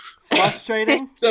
Frustrating